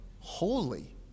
holy